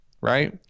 Right